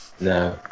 No